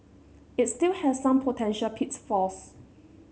it still has some potential pitfalls